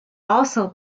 also